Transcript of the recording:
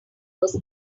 was